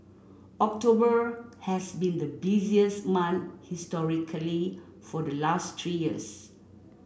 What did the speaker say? October has been the busiest month historically for the last three years